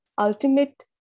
ultimate